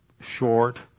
short